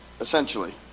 essentially